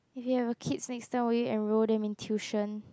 if you have a kids next time will you enroll them in tuition